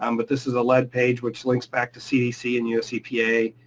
um but this is a lead page which links back to cdc and us epa,